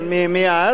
מאז,